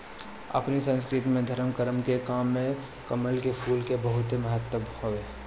अपनी संस्कृति में धरम करम के काम में कमल के फूल के बहुते महत्व हवे